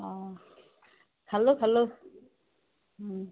অঁ খালো খালো